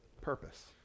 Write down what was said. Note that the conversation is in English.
purpose